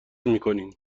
میکنیم